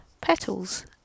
petals